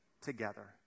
together